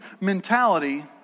mentality